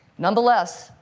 nonetheless,